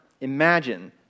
imagine